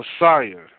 Messiah